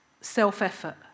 self-effort